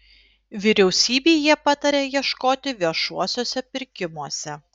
vyriausybei jie pataria ieškoti viešuosiuose pirkimuose